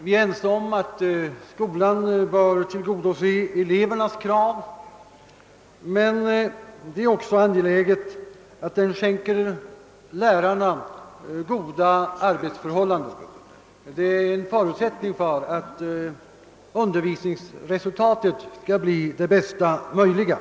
Vi är ense om att skolan bör tillgodose elevernas krav, men det är också angeläget att den skänker lärarna goda arbetsförhållanden. Det är en förutsättning för att undervisningsresultatet skall bli det bästa möjliga.